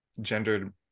gendered